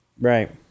Right